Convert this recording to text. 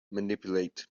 manipulate